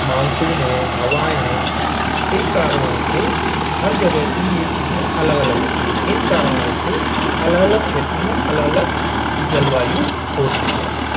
monsoon है हवाएँ हैं इन कारणों से हर जगह की ये चीज़ें अलग अलग होती हैं इन कारणों से अलग अलग क्षेत्र में अलग अलग जलवायु होती है